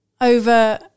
over